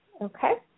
Okay